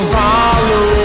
follow